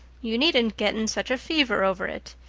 you needn't get in such a fever over it.